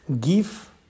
give